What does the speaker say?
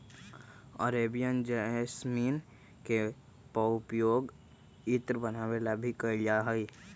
Arabian jasmine के पउपयोग इत्र बनावे ला भी कइल जाहई